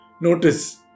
notice